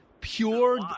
pure